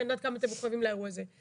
כי אני יודעת כמה אתם מחויבים לאירוע הזה.